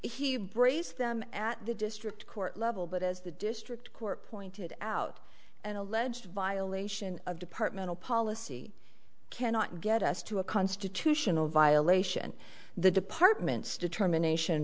he braced them at the district court level but as the district court pointed out an alleged violation of departmental policy cannot get us to a constitutional violation the department's determination